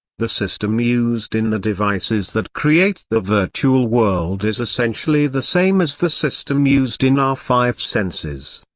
the system used in the devices that create the virtual world is essentially the same as the system used in our five senses.